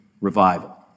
Revival